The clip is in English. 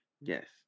Yes